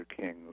King's